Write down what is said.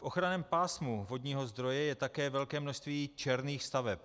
V ochranném pásmu vodního zdroje je také velké množství černých staveb.